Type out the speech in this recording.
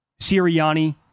Sirianni